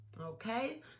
Okay